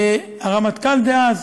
הרמטכ"ל דאז,